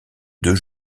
deux